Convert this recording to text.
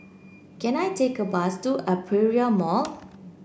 can I take a bus to Aperia Mall